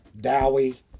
Dowie